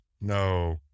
No